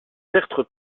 tertre